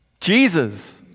Jesus